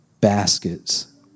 baskets